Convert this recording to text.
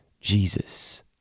Jesus